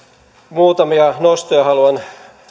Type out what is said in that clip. muutamia nostoja haluan